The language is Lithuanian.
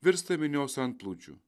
virsta minios antplūdžiu